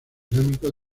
dinámicos